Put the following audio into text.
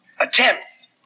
attempts